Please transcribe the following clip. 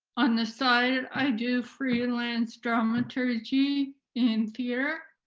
on the side, i do freelance dramaturgy in theater.